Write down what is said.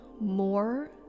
more